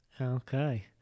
okay